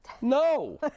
No